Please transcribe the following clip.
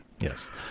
Yes